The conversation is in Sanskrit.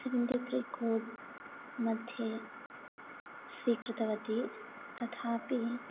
सेवेण्टिथ्री कोड्मध्ये स्वीकृतवती तथापि